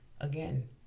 again